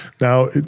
Now